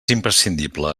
imprescindible